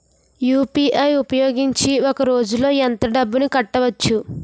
UPI ఉపయోగించి ఒక రోజులో ఎంత డబ్బులు కట్టవచ్చు?